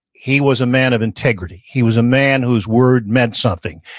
he was a man of integrity. he was a man whose word meant something.